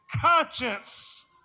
conscience